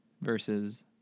versus